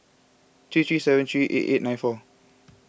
three three seven three eight eight nine four